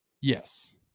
Yes